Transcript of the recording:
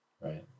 right